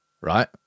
right